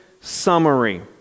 summary